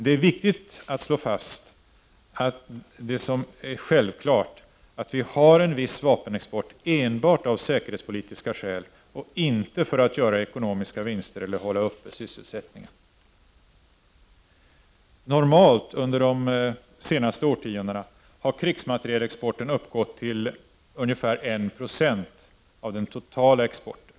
Det är viktigt att slå fast det som egentligen är självklart, nämligen att vi har en viss vapenexport enbart av säkerhetspolitiska skäl och inte för att göra ekonomiska vinster eller för att hålla sysselsättningsnivån uppe. Under de senaste årtiondena har krigsmaterielexporten normalt uppgått till ungefär 1 96 av den totala exporten.